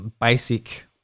basic